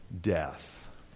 death